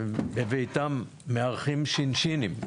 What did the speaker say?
בביתם, מארחים "שינשינים".